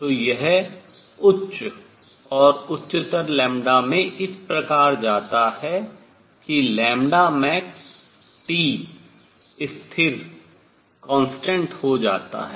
तो यह उच्च और उच्चतर में इस प्रकार जाता है कि max T स्थिर हो जाता है